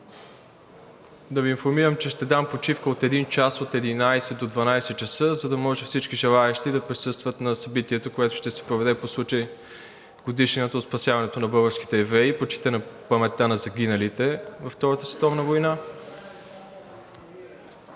да Ви информирам, че ще дам почивка от един час от 11,00 до 12,00 ч., за да може всички желаещи да присъстват на събитието, което ще се проведе по случай годишнината от спасяването на българските евреи и почитане паметта на загиналите във Втората световна война.